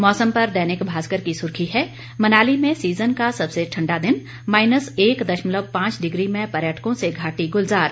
मौसम पर दैनिक भास्कर की सुर्खी है मनाली में सीजन का सबसे ठंडा दिन माइनस एक दशमलव पांच डिग्री में पर्यटकों से घाटी गुलजार